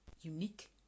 unique